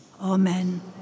Amen